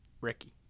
Ricky